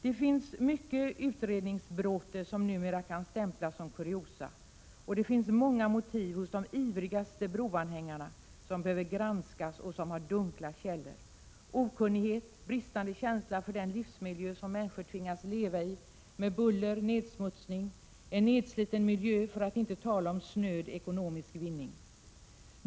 Det finns mycket utredningsbråte som numera kan stämplas som kuriosa, och det finns många motiv hos de ivrigaste broanhängarna som behöver granskas och som har dunkla källor: okunnighet, bristande känsla för den miljö som människor tvingas leva i med buller, och nedsmutsning — en nedsliten miljö — för att inte tala om snöd ekonomisk vinning.